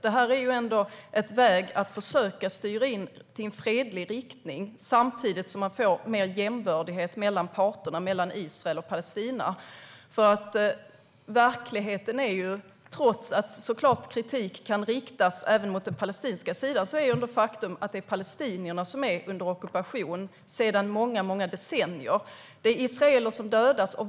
Det här är ändå en väg för att försöka att styra in utvecklingen i en fredlig riktning samtidigt som det blir mer jämbördigt mellan parterna, mellan Israel och Palestina. Trots att kritik kan riktas även mot den palestinska sidan är det ett faktum att det är palestinierna som sedan många decennier är under ockupation. Det är israeler som dödas.